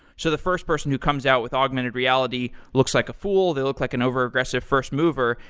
so the first person who comes out with augmented reality looks like a fool, they look like an over-aggressive first mover,